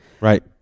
right